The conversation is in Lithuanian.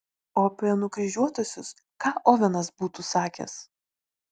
o apie nukryžiuotuosius ką ovenas būtų sakęs